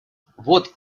вот